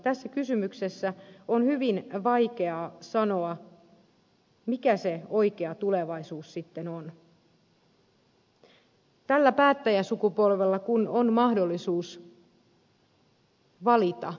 tässä kysymyksessä on hyvin vaikeaa sanoa mikä se oikea tulevaisuus sitten on tällä päättäjäsukupolvella kun on mahdollisuus valita monenlaiset tiet